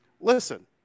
Listen